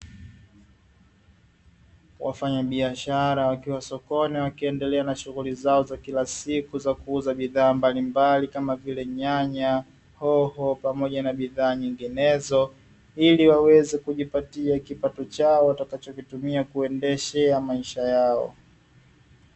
Wafanyabiashara wakiwa sokoni wakiwa na shughuli zao mbalimbali kama vile ulimaji wa nyanya ili kujipatia kipato cha kuendeshea maisha yao